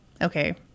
okay